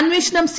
അന്വേഷണം സി